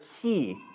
key